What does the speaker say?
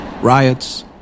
riots